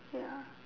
ya